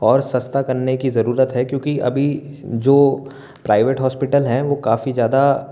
और सस्ता करने की ज़रूरत है क्यूँकि अभी जो प्राइवेट हॉस्पिटल हैं वो काफ़ी ज़्यादा